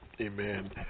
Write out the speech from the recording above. Amen